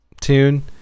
tune